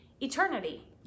eternity